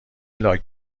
لاک